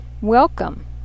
Welcome